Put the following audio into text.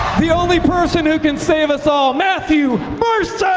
the only person who can save us all, matthew mercer!